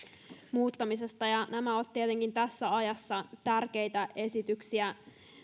muuttamisesta nämä ovat tietenkin tässä ajassa tärkeitä esityksiä